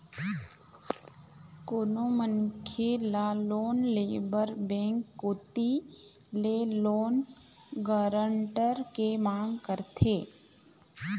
कोनो मनखे ल लोन ले बर बेंक कोती ले लोन गारंटर के मांग करथे